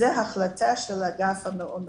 זו החלטה של אגף המעונות.